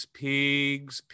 pigs